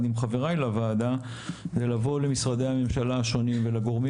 עם חבריי לוועדה זה לבוא למשרדי הממשלה השונים ולגורמים